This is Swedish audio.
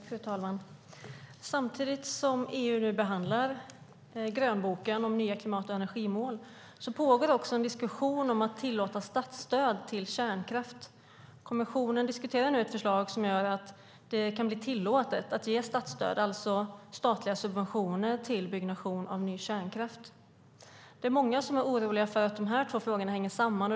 Fru talman! Samtidigt som EU nu behandlar grönboken om nya klimat och energimål pågår en diskussion som att tillåta statsstöd till kärnkraft. Kommissionen diskuterar nu ett förslag som gör att det kan bli tillåtet att ge statsstöd, det vill säga statliga subventioner, till byggnation av ny kärnkraft. Det är många som är oroliga för att de två frågorna hänger samman.